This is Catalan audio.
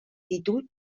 títol